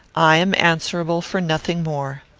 i am answerable for nothing more.